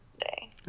Day